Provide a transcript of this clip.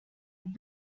vous